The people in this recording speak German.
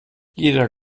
jeder